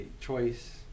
choice